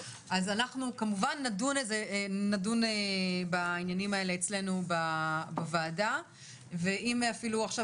אז אנחנו כמובן נדון בעניינים האלה אצלנו בוועדה ואם אפילו עכשיו